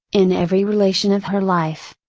in every relation of her life.